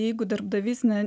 jeigu darbdavys ne